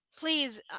Please